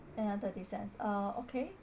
another thirty cents uh okay